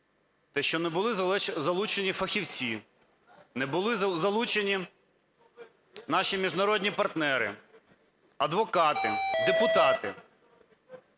Те, що не були залучені фахівці, не були залучені наші міжнародні партнери, адвокати, депутати.